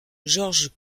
george